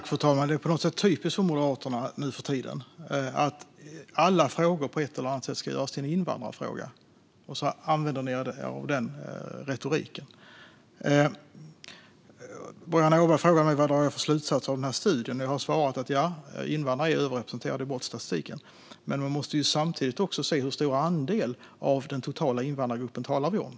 Fru talman! Det är på något sätt typiskt för Moderaterna nu för tiden att alla frågor på ett eller annat sätt ska göras till en invandrarfråga. Ni använder er av den retoriken. Boriana Åberg frågade mig vad jag drar för slutsatser av studien. Jag har svarat att invandrare är överrepresenterade i brottsstatistiken, men vi måste samtidigt se på hur stor andel av den totala invandrargruppen vi talar om.